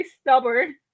stubborn